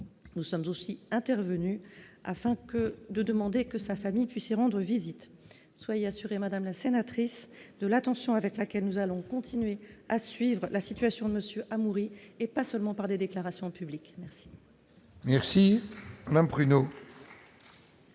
nous sommes aussi intervenus afin que de demander que sa famille puisse y rendre visite soyez assurée, Madame la sénatrice de l'attention avec laquelle nous allons continuer à suivre la situation de monsieur Hamouri et pas seulement par des déclarations publiques merci. Merci, non Bruno.